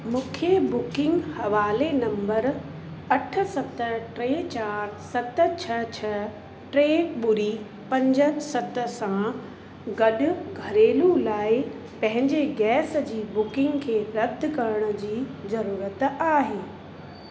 मूंखे बुकिंग हवाले नम्बर अठ सत टे चारि सत छह छह टे ॿुड़ी पंज सत सां गॾु घरेलू लाइ पंहिंजे गैस जी बुकिंग खे रदि करण जी ज़रूरत आहे